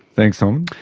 thanks um